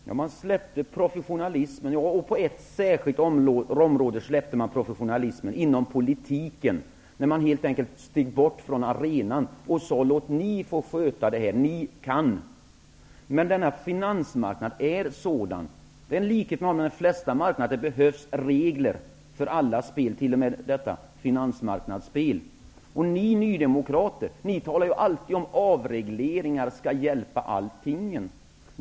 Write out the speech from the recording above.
Fru talman! Ja, man släppte professionalismen, och på ett särskilt område släppte man professionalismen -- inom politiken. Politikerna steg helt enkelt bort från arenan och sade: Ni får sköta det här! Ni kan! Finansmarknaden är sådan -- det är en likhet den har med de flesta marknader -- att det behövs regler. Det behövs för alla spel, t.o.m. för detta finansmarknadsspel. Och ni nydemokrater talar ju alltid om avregleringar; det skall lösa alla problem.